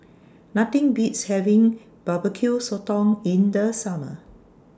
Nothing Beats having Barbecue Sotong in The Summer